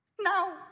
Now